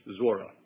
Zora